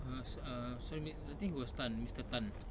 err so~ err sorry mis~ I think he was tan mister tan